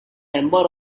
member